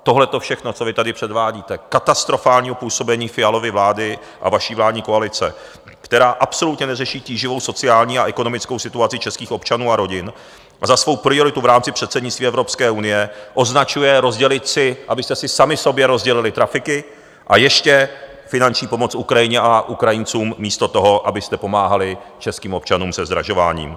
Tohleto všechno, co vy tady předvádíte, katastrofálního působení Fialovy vlády a vaší vládní koalice, která absolutně neřeší tíživou sociální a ekonomickou situaci českých občanů a rodin a za svou prioritu v rámci předsednictví Evropské unie označuje rozdělit si, abyste si sami sobě rozdělili trafiky, a ještě finanční pomoc Ukrajině a Ukrajincům místo toho, abyste pomáhali českým občanům se zdražováním.